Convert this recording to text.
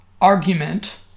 argument